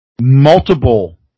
multiple